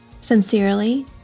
Sincerely